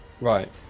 right